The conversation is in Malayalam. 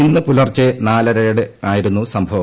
ഇന്ന് പുലർച്ചെ നാലരയോടെയായിരുന്നു സംഭവം